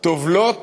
טובלות